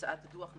הוצאת דוח מיוחד,